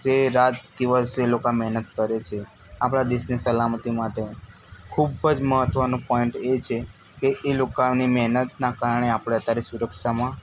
જે રાત દિવસ એ લોકો મહેનત કરે છે આપણા દેશની સલામતી માટે ખૂબ જ મહત્ત્વનો પોઈન્ટ એ છે કે એ લોકાની મહેનતના કારણે આપણે અત્યારે સુરક્ષામાં